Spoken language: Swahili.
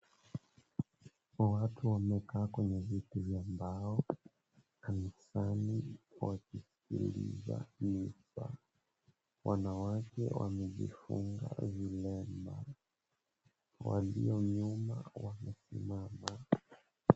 Kuna watu wamekaa kwenye viti za mbao kanisani wakisikiliza. Wanawake wamejifunga vilemba. Walio nyuma wamesimama.